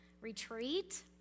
retreat